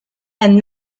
and